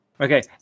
Okay